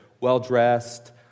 well-dressed